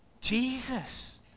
Jesus